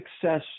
success